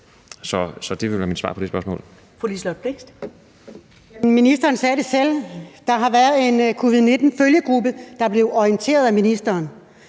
11:22 Liselott Blixt (DF): Ministeren sagde det selv. Der har været en covid-19-følgegruppe, der blev orienteret af ministeren,